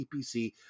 TPC